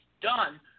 done